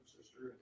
sister